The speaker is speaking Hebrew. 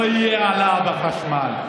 לא תהיה העלאה בחשמל.